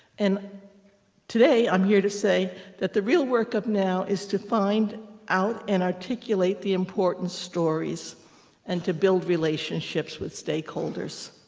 and today, i'm here to say that the real work of now is to find out and articulate the important stories and to build relationships with stakeholders.